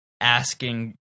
asking